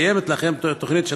קיימת לכם תוכנית,